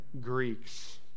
Greeks